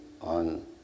on